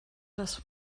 das